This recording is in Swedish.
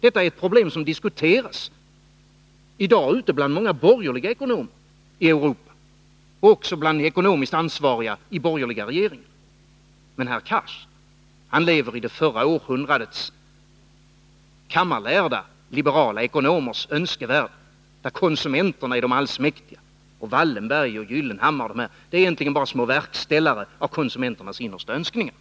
Detta är ett problem som diskuteras i dag bland många borgerliga ekonomer ute i Europa och också bland ekonomiskt ansvariga i borgerliga regeringar. Men herr Cars lever i det förra århundradets kammarlärda liberala ekonomers önskevärld, där konsumenterna är allsmäktiga och Wallenberg, Gyllenhammar och andra egentligen bara är små verkställare av konsumenternas innersta önskningar.